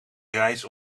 reis